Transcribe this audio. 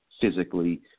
physically